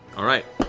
all right.